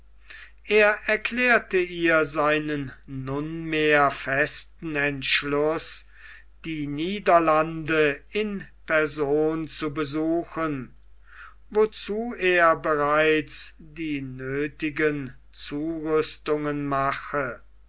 er erklärte ihr seinen nunmehr festen entschluß die niederlande in person zu besuchen wozu er bereits die nöthigen zurüstungen mache